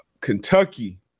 Kentucky